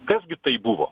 kas gi tai buvo